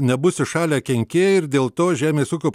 nebus įšalę kenkėjai ir dėl to žemės ūkio